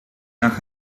nach